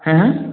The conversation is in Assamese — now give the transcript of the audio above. হে হে